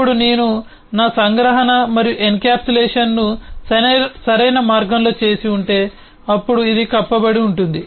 ఇప్పుడు నేను నా సంగ్రహణ మరియు ఎన్క్యాప్సులేషన్ను సరైన మార్గంలో చేసి ఉంటే అప్పుడు ఇది కప్పబడి ఉంటుంది